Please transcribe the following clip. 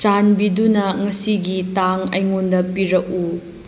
ꯆꯥꯟꯕꯤꯗꯨꯅ ꯉꯁꯤꯒꯤ ꯇꯥꯡ ꯑꯩꯉꯣꯟꯗ ꯄꯤꯔꯛꯎ